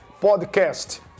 podcast